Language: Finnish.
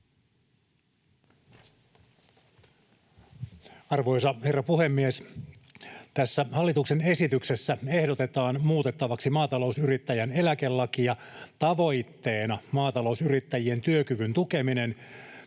Arvoisa herra puhemies! Tässä hallituksen esityksessä ehdotetaan muutettavaksi maatalousyrittäjän eläkelakia tavoitteena maatalousyrittäjien työkyvyn tukeminen,